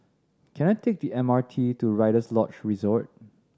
can I take the M R T to Rider's Lodge Resort